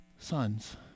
sons